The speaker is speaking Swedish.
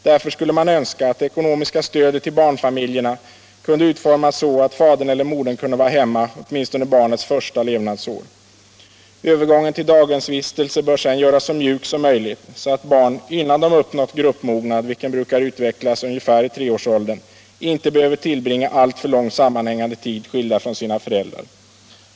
Därför skulle man önska att det ekonomiska stödet till barnfamiljerna kunde utformas så att fadern eller modern kunde vara hemma åtminstone barnets första levnadsår. Övergången till daghemsvistelse bör sedan göras så mjuk som möjligt, så att barn innan de uppnått gruppmognad, vilken brukar utvecklas ungefär i treårsåldern, inte behöver tillbringa alltför lång sammanhängande tid skilda från sina föräldrar.